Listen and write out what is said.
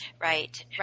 right